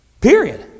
Period